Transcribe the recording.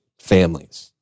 families